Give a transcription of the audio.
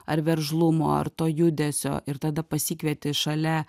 ar veržlumo ar to judesio ir tada pasikvieti šalia